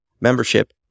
Membership